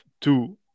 two